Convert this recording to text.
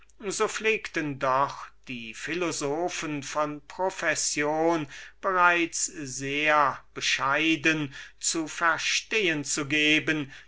so pflegten doch die philosophen von profession bereits sehr bescheidentlich zu verstehen zu geben